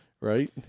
right